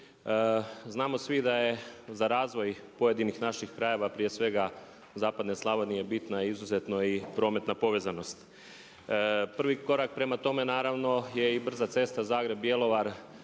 Znamo svi da je za razvoj pojedinih naših krajeva prije svega Zapadne Slavonije bitna izuzetna i prometna povezanost. Prvi korak prema tome naravno je i brza cesta Zagreb – Bjelovar